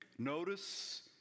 Notice